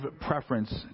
preference